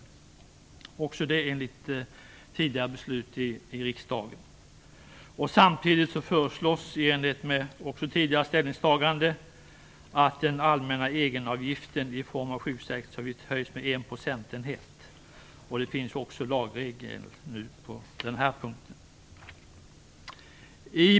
Även detta är i enlighet med tidigare beslut i riksdagen. Samtidigt föreslås i enlighet med tidigare ställningstagande att den allmänna egenavgiften i form av sjukförsäkringsavgift höjs med 1 procentenhet. Det finns nu också en lagregel på den här punkten.